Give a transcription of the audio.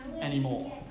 anymore